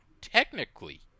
technically